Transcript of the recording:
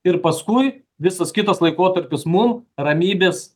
ir paskui visos kitos laikotarpis mum ramybės